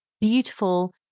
beautiful